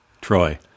Troy